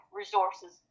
resources